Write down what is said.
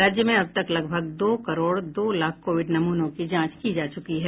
राज्य में अब तक लगभग दो करोड़ दो लाख कोविड नमूनों की जांच की जा चुकी है